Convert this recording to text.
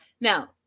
Now